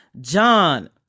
John